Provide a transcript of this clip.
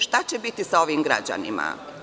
Šta će biti sa ovim građanima?